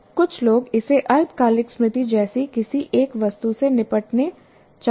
कुछ लोग इसे अल्पकालिक स्मृति जैसी किसी एक वस्तु से निपटना चाहते हैं